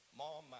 mom